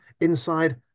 inside